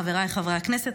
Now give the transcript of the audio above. חבריי חברי הכנסת,